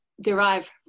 derive